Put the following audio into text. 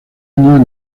años